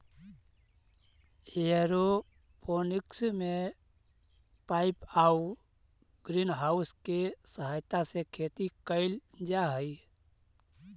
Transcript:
aeroponics में pipe आउ greenhouse के सहायता से खेती कैल जा हइ